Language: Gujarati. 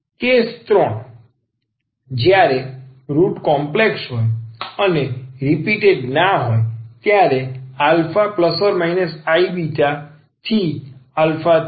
કેસ III જ્યારે રુટ કોમ્પ્લેક્સ હોય અને રીપીટેટ ન હોય ત્યારે આ α±iβ34n કહે છે